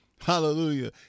hallelujah